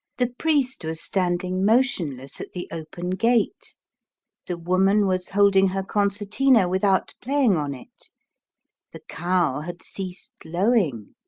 the priest was standing motionless at the open gate the woman was holding her concertina without playing on it the cow had ceased lowing.